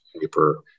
paper